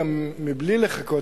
גם בלי לחכות,